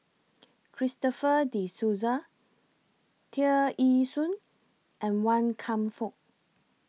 Christopher De Souza Tear Ee Soon and Wan Kam Fook